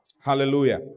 Hallelujah